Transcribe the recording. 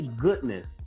goodness